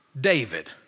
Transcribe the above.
David